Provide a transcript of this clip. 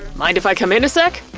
mind if i come in a sec?